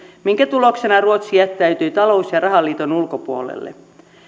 minkä tuloksena ruotsi jättäytyi talous ja rahaliiton ulkopuolelle